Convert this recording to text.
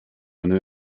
eine